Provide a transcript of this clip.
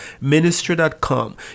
ministry.com